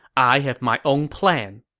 i have my own plan.